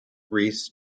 rhys